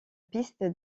piste